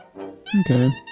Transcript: Okay